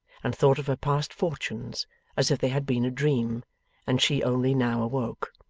and thought of her past fortunes as if they had been a dream and she only now awoke.